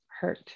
hurt